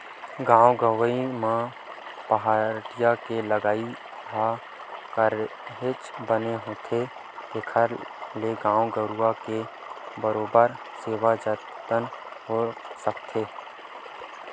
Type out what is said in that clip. गाँव गंवई म पहाटिया के लगई ह काहेच बने होथे जेखर ले गाय गरुवा के बरोबर सेवा जतन हो सकथे